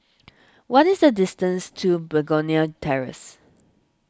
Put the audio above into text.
what is the distance to Begonia Terrace